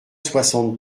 soixante